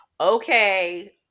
Okay